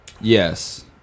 Yes